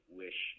wish